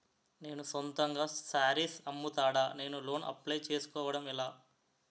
నేను సొంతంగా శారీస్ అమ్ముతాడ, నేను లోన్ అప్లయ్ చేసుకోవడం ఎలా?